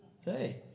hey